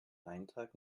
eintrag